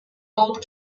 old